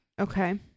Okay